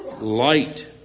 Light